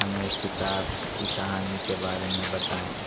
ہمیں اس کتاب کی کہانی کے بارے میں بتائیں